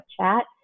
chat